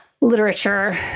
literature